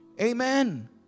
Amen